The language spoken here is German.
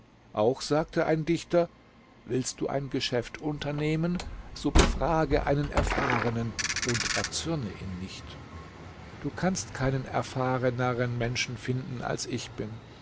auch sagte ein dichter willst du ein geschäft unternehmen so befrage einen erfahrenen und erzürne ihn nicht du kannst keinen erfahreneren menschen finden als ich bin